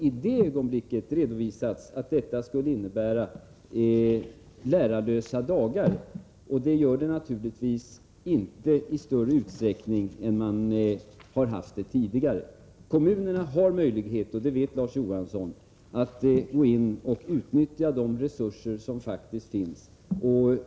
I det ögonblicket redovisades att detta skulle innebära lärarlösa dagar, och det gör det naturligtvis inte i större utsträckning än tidigare. Kommunerna har möjlighet — det vet Larz Johansson också — att gå in och utnyttja de resurser som faktiskt finns.